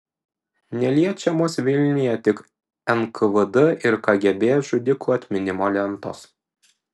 neliečiamos vilniuje tik nkvd ir kgb žudikų atminimo lentos